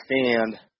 stand